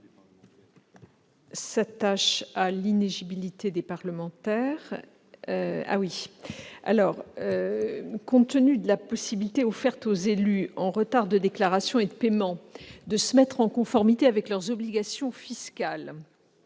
est à Mme la garde des sceaux. Compte tenu de la possibilité offerte aux élus en retard de déclaration et de paiement de se mettre en conformité avec leurs obligations fiscales,